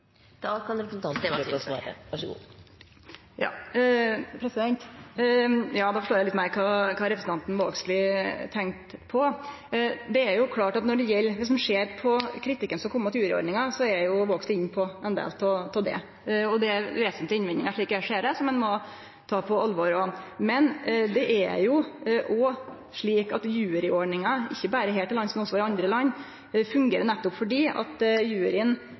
forstår eg litt meir kva representanten Vågslid tenkte på. Dersom ein ser på kritikken som kom mot juryordninga – Vågslid er jo inne på ein del av det – er det vesentlege innvendingar, slik eg ser det, som ein må ta på alvor. Men det er òg slik at juryordninga – ikkje berre her til lands, men også i andre land – fungerer nettopp fordi